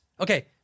Okay